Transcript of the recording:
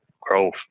growth